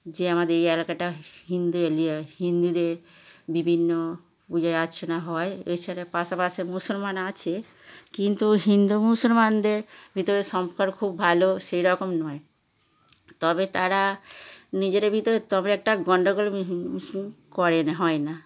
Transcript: যে আমাদের এই এলাকাটা হিন্দু এরিয়া হিন্দুদের বিভিন্ন পূজা অর্চনা হয় এছাড়া পাশাপাশি মুসলমান আছে কিন্তু হিন্দু মুসলমানদের ভিতরে সম্পর্ক খুব ভালো সেই রকম নয় তবে তারা নিজের ভিতরে তবে একটা গন্ডগোল করে না হয় না